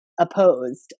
opposed